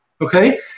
okay